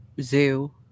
zoo